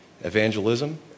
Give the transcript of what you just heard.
evangelism